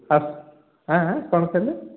ଆସ କ'ଣ କହିଲେ